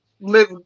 live